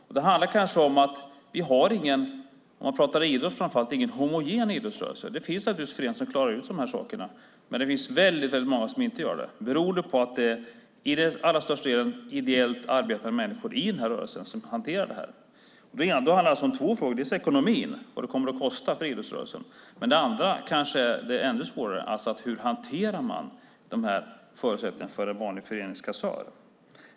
Om man pratar idrott handlar det kanske om att vi inte har någon homogen idrottsrörelse. Det finns naturligtvis föreningar som klarar de här sakerna, men det finns väldigt många som inte gör det. Till allra största delen är det ideellt arbetande människor i den här rörelsen som hanterar det här. Då handlar det alltså om två frågor. Det handlar om ekonomin, vad det kommer att kosta för idrottsrörelsen. Det andra är kanske ännu svårare: Hur hanterar man de här förutsättningarna för en vanlig föreningskassör?